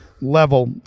level